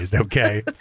okay